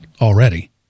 already